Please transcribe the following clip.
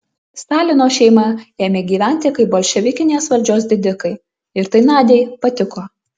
stalino šeima ėmė gyventi kaip bolševikinės valdžios didikai ir tai nadiai patiko